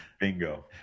Bingo